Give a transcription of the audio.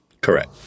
Correct